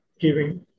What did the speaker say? giving